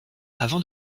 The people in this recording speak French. avant